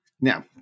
Now